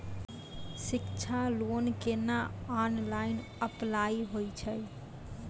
शिक्षा लोन केना online apply होय छै?